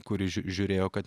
kuri žiū žiūrėjo kad